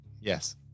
Yes